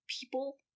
people